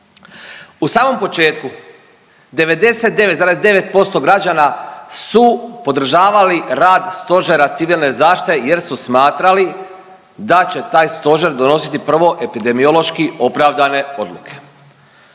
U samom početku 99,9% građana su podržavali rad Stožera civilne zaštite jer su smatrali da će taj stožer donositi prvo epidemiološki opravdane odluke.